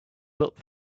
build